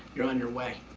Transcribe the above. you're on your way.